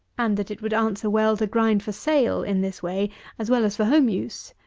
and that it would answer well to grind for sale in this way as well as for home use.